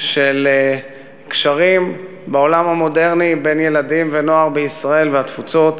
של קשרים בעולם המודרני בין ילדים ונוער בישראל ובתפוצות,